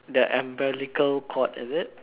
the umbilical cord is it